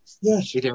Yes